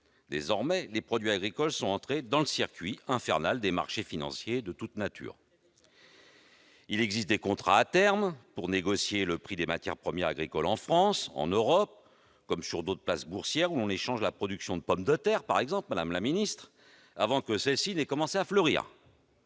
vingt ans, les produits agricoles sont entrés dans le circuit infernal des marchés financiers de toute nature. Il existe des contrats à terme pour négocier le prix des matières premières agricoles, en France, en Europe, comme sur d'autres places boursières où l'on échange la production de pommes de terre, par exemple, avant que celles-ci n'aient commencé de fleurir,